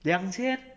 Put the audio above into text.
两千